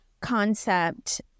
concept